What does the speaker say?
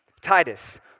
Titus